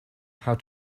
how